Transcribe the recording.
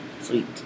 Sweet